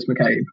McCabe